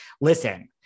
Listen